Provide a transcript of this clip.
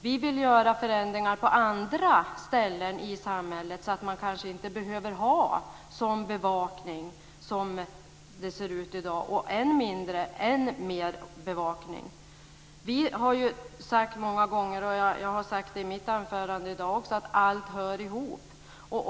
Vi vill göra förändringar på andra ställen i samhället, så att man kanske inte behöver ha bevakning som i dag, än mindre ytterligare mer bevakning. Vi har sagt många gånger att allt hör ihop. Det har jag sagt i mitt anförande i dag också.